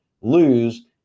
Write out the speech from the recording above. Lose